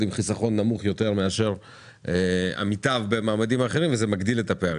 הם נותרים עם חיסכון נמוך יותר מאשר ילדים אחרים וזה מגדיל את הפערים.